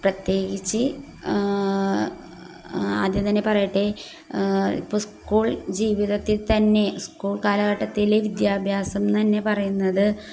പ്രത്യേകിച്ച് ആദ്യം തന്നെ പറയട്ടെ ഇപ്പോൾ സ്കൂൾ ജീവിതത്തിൽ തന്നെ സ്കൂൾ കാലഘട്ടത്തിലെ വിദ്യാഭ്യാസം തന്നെ പറയുന്നത്